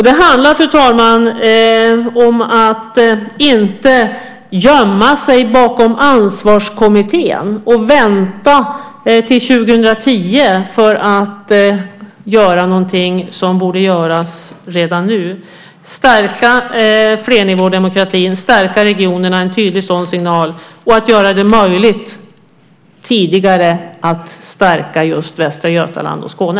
Det handlar om att inte gömma sig bakom Ansvarskommittén och vänta till 2010 innan man gör något som borde göras redan nu, nämligen stärka flernivådemokratin, stärka regionerna, ge en tydlig sådan signal och göra det möjligt att tidigare stärka just Västra Götaland och Skåne.